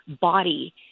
body